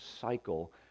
cycle